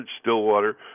Stillwater